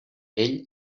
ell